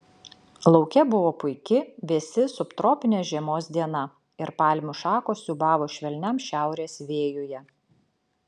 lauke buvo puiki vėsi subtropinės žiemos diena ir palmių šakos siūbavo švelniam šiaurės vėjuje